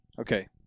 Okay